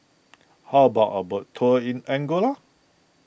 how about a boat tour in Angola